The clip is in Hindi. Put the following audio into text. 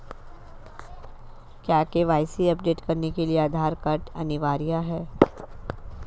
क्या के.वाई.सी अपडेट करने के लिए आधार कार्ड अनिवार्य है?